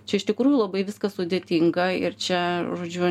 čia iš tikrųjų labai viskas sudėtinga ir čia žodžiu